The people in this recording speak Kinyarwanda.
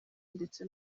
ndetse